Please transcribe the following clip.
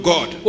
God